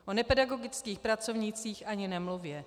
O nepedagogických pracovnících ani nemluvě.